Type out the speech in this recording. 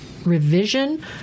Revision